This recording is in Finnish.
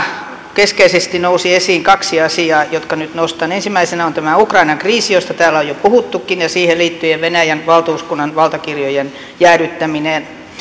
keskeisesti nousi esiin kaksi asiaa jotka nyt nostan ensimmäisenä on tämä ukrainan kriisi josta täällä on jo puhuttukin ja siihen liittyen venäjän valtuuskunnan valtakirjojen jäädyttäminen